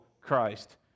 Christ